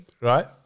right